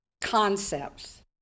concepts